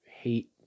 hate